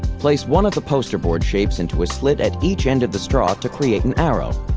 place one of the poster board shapes into a slit at each end of the straw to create an arrow.